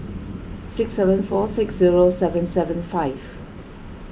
six seven four six zero seven seven five